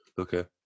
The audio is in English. Okay